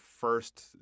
first